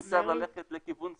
אם אפשר ללכת לכיוון סיכום,